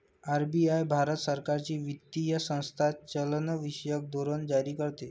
RBI Bharat सरकारची वित्तीय संस्था चलनविषयक धोरण जारी करते